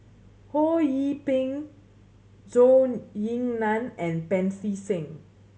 Ho Yee Ping Zhou Ying Nan and Pancy Seng